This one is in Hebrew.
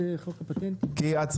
כי אתם